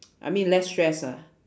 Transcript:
I mean less stress ah